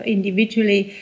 individually